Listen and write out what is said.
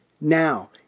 Now